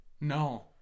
No